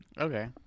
Okay